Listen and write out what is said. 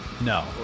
No